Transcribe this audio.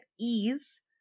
ease